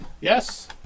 Yes